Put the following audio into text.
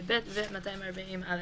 ו-(ב) ו-240א".